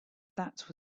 that